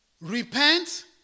repent